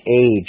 age